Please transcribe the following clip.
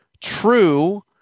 true